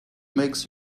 makes